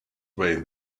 way